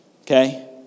Okay